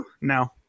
no